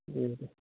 दे दे